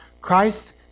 christ